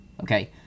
Okay